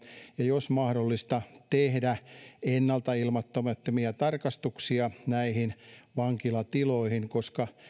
ja jos mahdollista tekemään ennalta ilmoittamattomia tarkastuksia näihin vankilatiloihin koska